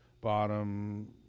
bottom